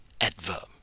adverb